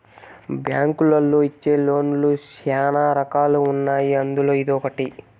బ్యాంకులోళ్ళు ఇచ్చే లోన్ లు శ్యానా రకాలు ఉన్నాయి అందులో ఇదొకటి